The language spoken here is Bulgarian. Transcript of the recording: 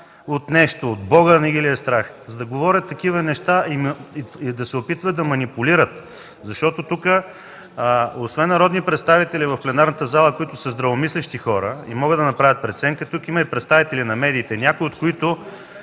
от нещо, от Бога не ги ли е страх, за да говорят такива неща и да се опитват да манипулират? Защото тук, освен народни представители в пленарната зала, които са здравомислещи хора и могат да направят преценка, има и представители на медиите, някои от които